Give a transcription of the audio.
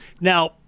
Now